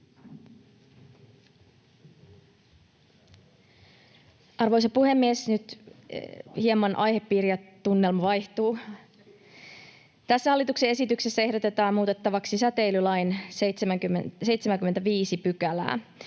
Arvoisa puhemies! Nyt hieman aihepiiri ja tunnelma vaihtuvat. Tässä hallituksen esityksessä ehdotetaan muutettavaksi säteilylain 75 §:ää.